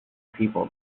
people